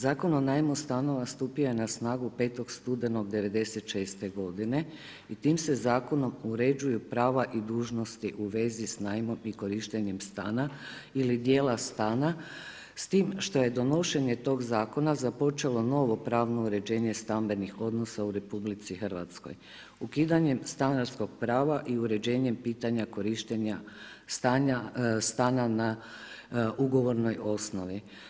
Zakon o najmu stanova stupio ne na snagu 15. studenog 1996. godine i time se Zakonom uređuju prava i dužnosti u vezi s najmom i korištenjem stana ili dijela stana, s tim što je donošenjem tog Zakona započelo novo pravno uređenje stambenih odnosa u RH ukidanjem stanarskog prava i uređenjem pitanja korištenja stana na ugovornoj osnovi.